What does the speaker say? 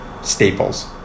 Staples